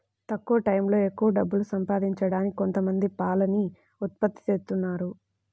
తక్కువ టైయ్యంలో ఎక్కవ డబ్బులు సంపాదించడానికి కొంతమంది పాలని ఉత్పత్తి జేత్తన్నారు